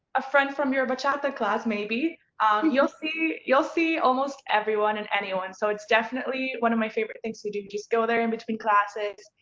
a friend from your batchara class. you'll see you'll see almost everyone and anyone. so it's definitely one of my favourite things to do. just go there in between classes,